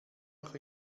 noch